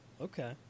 okay